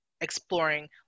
exploring